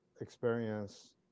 experience